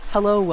Hello